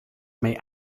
may